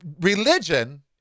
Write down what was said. religion